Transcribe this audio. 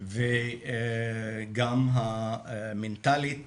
וגם מנטלית